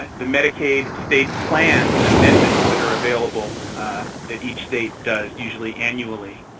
the medicaid state plans and amendments that are available that each state does, usually annually.